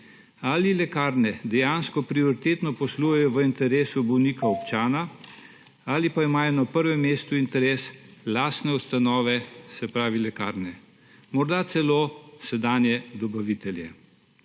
Ali lekarne dejansko prioritetno poslujejo v interesu bolnika občana ali pa imajo na prvem mestu interes lastne ustanove, se pravi lekarne morda celo sedanje dobavitelje?